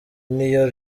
niyo